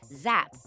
zap